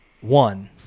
one